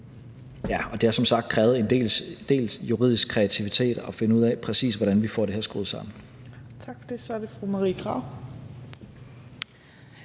det har som sagt krævet en del juridisk kreativitet at finde ud af, præcis hvordan vi får det her skruet sammen. Kl. 18:35 Fjerde næstformand